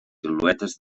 siluetes